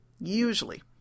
usually